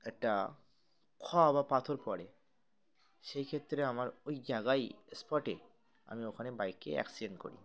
একটা খোয়া বা পাথর পড়ে সেই ক্ষেত্রে আমার ওই জায়গায়ই স্পটে আমি ওখানে বাইকে অ্যাক্সিডেন্ট করি